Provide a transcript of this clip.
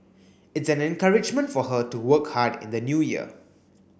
it's an encouragement for her to work hard in the new year